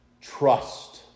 TRUST